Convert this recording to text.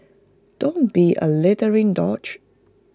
don't be A littering douche